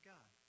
God